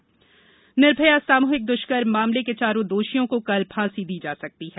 निर्भया निर्भया सामुहिक दृष्कर्म मामले के चारों दोषियों को कल फांसी दी जा सकती है